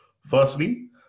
firstly